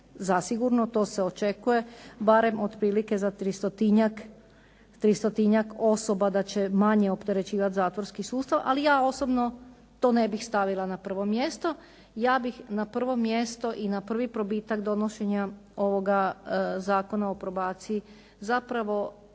zasigurno, to se očekuje, barem otprilike za tristotinjak osoba da će manje opterećivati zatvorski sustav ali ja osobno to ne bih stavila na prvo mjesto. Ja bih na prvo mjesto i na prvi probitak donošenja ovoga Zakona o probaciji zapravo